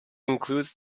includes